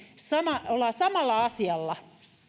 olemme samalla asialla